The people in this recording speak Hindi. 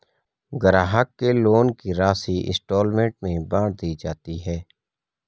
ग्राहक के लोन की राशि इंस्टॉल्मेंट में बाँट दी जाती है